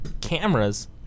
Cameras